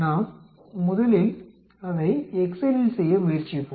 நாம் முதலில் அதை எக்செல்லில் செய்ய முயற்சிப்போம்